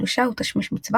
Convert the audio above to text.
בנויים אחרת מהמקובל בימינו.